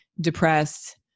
depressed